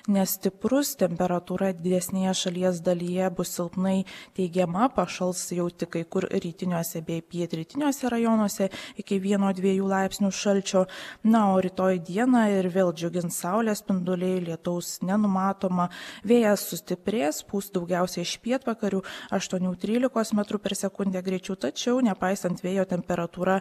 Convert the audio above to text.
nestiprus temperatūra didesnėje šalies dalyje bus silpnai teigiama pašals jau tik kai kur rytiniuose bei pietrytiniuose rajonuose iki vieno dviejų laipsnių šalčio na o rytoj dieną ir vėl džiugins saulės spinduliai lietaus nenumatoma vėjas sustiprės pūs daugiausia iš pietvakarių aštuonių trylikos metrų per sekundę greičiu tačiau nepaisant vėjo temperatūra